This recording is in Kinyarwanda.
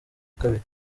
kabiri